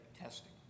testing